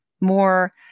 more